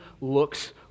looks